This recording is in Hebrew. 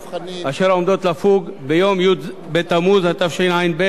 אשר עומד לפוג ביום י' בתמוז התשע"ב,